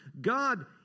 God